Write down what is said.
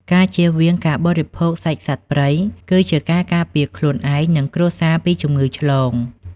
ការជៀសវាងការបរិភោគសាច់សត្វព្រៃគឺជាការការពារខ្លួនឯង និងគ្រួសារពីជំងឺឆ្លង។